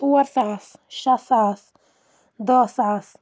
ژور ساس شےٚ ساس دہ ساس